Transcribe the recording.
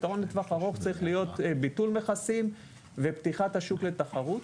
פתרון לטווח ארוך צריך להיות ביטול מכסים ופתיחת השוק לתחרות